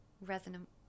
resonant